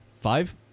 Five